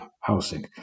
housing